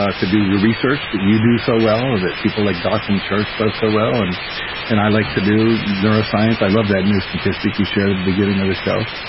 ah to do research that you do so well, that people like dawson church those so well and and i like to do neuroscience. i love that new statistic you shared at the beginning of the show.